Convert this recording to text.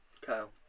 Kyle